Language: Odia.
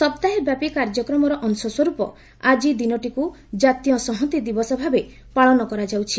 ସପ୍ତାହେବ୍ୟାପୀ କାର୍ଯ୍ୟକ୍ରମର ଅଂଶସ୍ୱରୂପ ଆଜି ଦିନଟିକୁ ଜାତୀୟ ସଂହତି ଦିବସ ଭାବେ ପାଳନ କରାଯାଉଛି